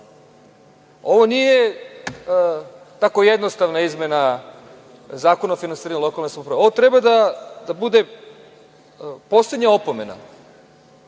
nije tako jednostavna izmena Zakona o finansiranju lokalne samouprave, ovo treba da bude poslednja opomena.